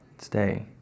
stay